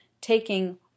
taking